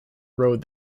road